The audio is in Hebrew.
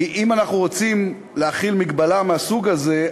כי אם אנחנו רוצים להחיל הגבלה מהסוג הזה,